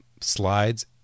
slides